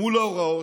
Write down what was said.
הישמעו להוראות,